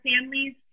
families